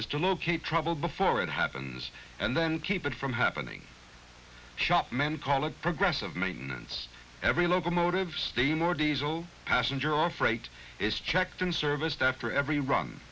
is to locate trouble before it happens and then keep it from happening shopmen call it progressive maintenance every locomotive steam or diesel passenger or freight is checked and serviced after every run